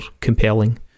compelling